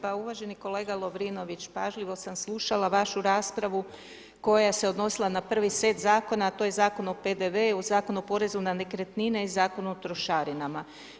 Pa uvaženi kolega Lovrinović, pažljivo sam slušala vašu raspravu koja se odnosila na prvi set zakona, to je Zakon o PDV-u, Zakon o porezu na nekretnine i Zakon o trošarinama.